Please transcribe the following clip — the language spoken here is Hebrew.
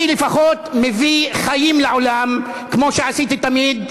אני לפחות מביא חיים לעולם, כמו שעשיתי תמיד.